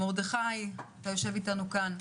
מרדכי, אתה יושב איתנו כאן.